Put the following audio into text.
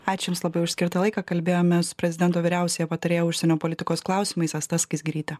ačiū jums labai už skirtą laiką kalbėjomės prezidento vyriausiąja patarėjo užsienio politikos klausimais asta skaisgirytė